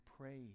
praise